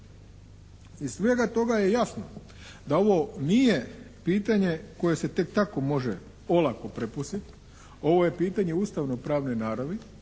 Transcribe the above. Iz svega toga je jasno da ovo nije pitanje koje se tek tako olako može prepustiti. Ovo je pitanje ustavno-pravne naravi.